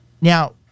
Now